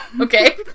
Okay